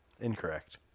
incorrect